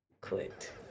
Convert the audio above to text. quit